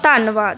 ਧੰਨਵਾਦ